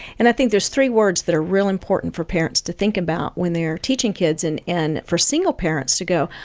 and i think there's three words that are real important for parents to think about when they are teaching kids, and and for single parents to go,